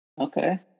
Okay